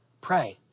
pray